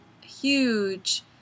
huge